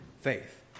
faith